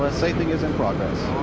ah safing is in progress.